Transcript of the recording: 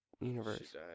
universe